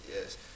yes